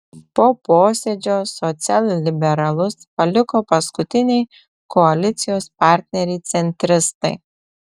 po posėdžio socialliberalus paliko paskutiniai koalicijos partneriai centristai